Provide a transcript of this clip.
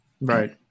Right